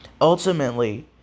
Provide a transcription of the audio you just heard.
Ultimately